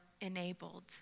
enabled